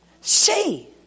See